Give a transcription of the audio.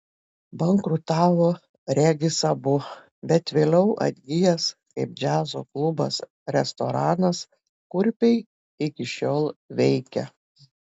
bankrutavo regis abu bet vėliau atgijęs kaip džiazo klubas restoranas kurpiai iki šiol veikia